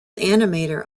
animator